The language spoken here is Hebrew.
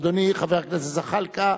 אדוני חבר הכנסת זחאלקה,